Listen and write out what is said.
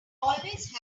always